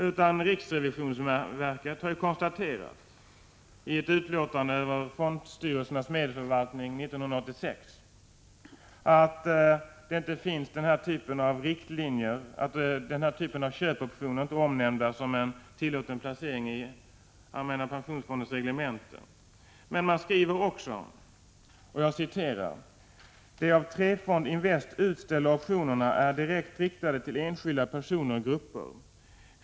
Även riksrevisionsverket har i ett utlåtande över fondstyrelsernas medförvaltning 1986 konstaterat att denna typ av riktlinjer inte finns och att denna typ av köpoptioner inte är omnämnd som en tillåten placering i allmänna pensionsfondens reglemente. Men riksrevisionsverket skriver också: ”De av Trefond Invest utställda optionerna är direkt riktade till enskilda privatpersoner och grupper.